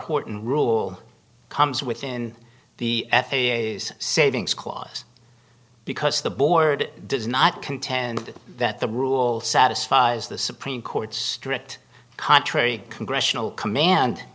horton rule comes within the savings clause because the board does not contend that the rule satisfies the supreme court's strict contrary congressional command